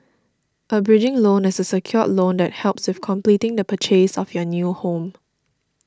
a bridging loan is a secured loan that helps with completing the purchase of your new home